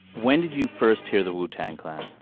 when did you first hear the wu tang clan.